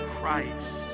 Christ